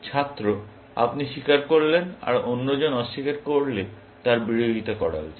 ছাত্র আপনি স্বীকার করলেন আর অন্যজন অস্বীকার করলে তার বিরোধিতা করা উচিত